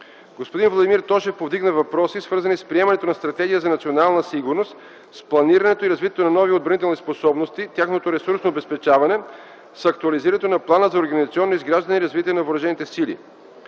Господин Владимир Тошев повдигна въпроси, свързани с приемането на Стратегия за национална сигурност, с планирането и развитието на нови отбранителни способности, тяхното ресурсно обезпечаване, с актуализирането на Плана за организационно изграждане и развитие на въоръжените сили.